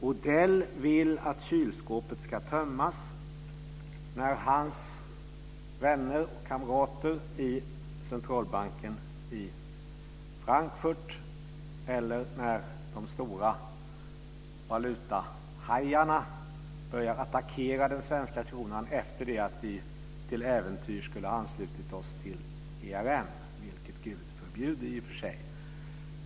Odell vill att kylskåpet ska tömmas när hans vänner och kamrater i centralbanken i Frankfurt eller de stora valutahajarna börjar attackera den svenska kronan efter det att vi till äventyrs skulle ha anslutit oss till ERM, vilket Gud förbjude.